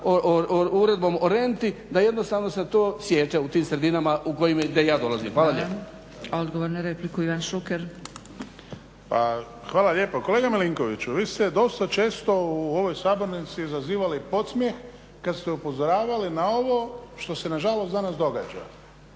Uredbom o renti, da jednostavno se to siječe u tim sredinama u kojima i ja dolazim. Hvala lijepa. **Zgrebec, Dragica (SDP)** Odgovor na repliku Ivan Šuker. **Šuker, Ivan (HDZ)** Hvala lijepa. Kolega Milinkoviću vi ste dosta često u ovoj sabornici zazivali podsmjeh kada ste upozoravali na ovo što se nažalost danas događa.